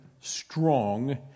strong